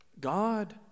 God